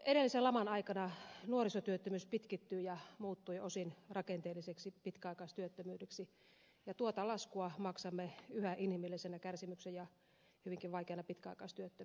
edellisen laman aikana nuorisotyöttömyys pitkittyi ja muuttui osin rakenteelliseksi pitkäaikaistyöttömyydeksi ja tuota laskua maksamme yhä inhimillisenä kärsimyksenä ja hyvinkin vaikeana pitkäaikaistyöttömyytenä